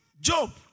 Job